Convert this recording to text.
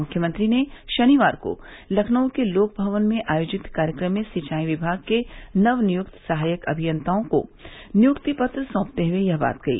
मुख्यमंत्री ने शनिवार को लखनऊ के लोक भवन में आयोजित कार्यक्रम में सिंचाई विमाग के नवनियुक्त सहायक अभियंताओं को नियुक्ति पत्र सौंपते हुए यह बात कही